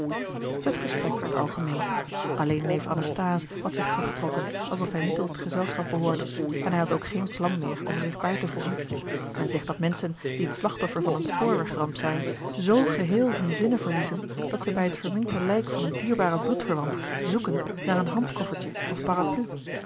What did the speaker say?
het gesprek werd algemeen alleen neef anastbase had zich teruggetrokken alsof hij niet tot het gezelschap behoorde en hij had ook geen plan meer om er zich bij te voegen men zegt dat menschen die het slachtoffer van een spoorwegramp zijn zoo geheel hunne zinnen verliezen dat zij bij het verminkte lijk van een dierbaren bloedverwant zoeken naar een handkoffertje of paraplui